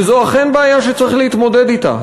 וזו אכן בעיה שצריך להתמודד אתה,